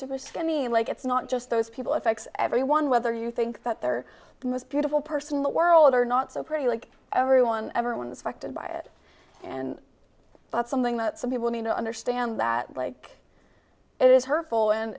super skinny and like it's not just those people affects everyone whether you think that they're the most beautiful person in the world or not so pretty like everyone everyone is affected by it and that's something that some people may not understand that like it is hurtful and